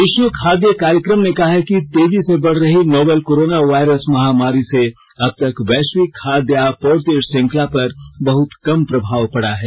विश्व खाद्य कार्यक्रम ने कहा है कि तेजी से बढ़ रही नोवेल कोरोना वायरस महामारी से अब तक वैश्विक खाद्य आपूर्ति श्रृंखला पर बहुत कम प्रभाव पड़ा है